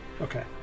Okay